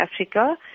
Africa